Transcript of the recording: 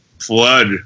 flood